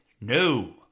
No